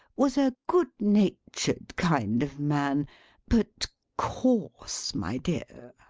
was a good-natured kind of man but coarse, my dear.